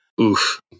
Oof